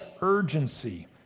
urgency